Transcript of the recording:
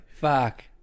Fuck